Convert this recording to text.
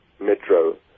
metro